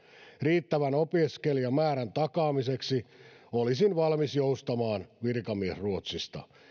riittävän opiskelijamäärän takaamiseksi olisin valmis joustamaan virkamiesruotsista